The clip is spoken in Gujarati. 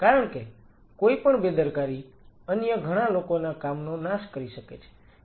કારણ કે કોઈપણ બેદરકારી અન્ય ઘણા લોકોના કામનો નાશ કરી શકે છે